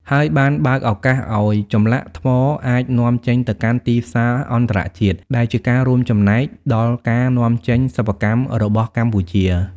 ហើយបានបើកឱកាសឲ្យចម្លាក់ថ្មអាចនាំចេញទៅកាន់ទីផ្សារអន្តរជាតិ ដែលជាការរួមចំណែកដល់ការនាំចេញសិប្បកម្មរបស់កម្ពុជា។